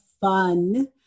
fun